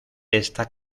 esta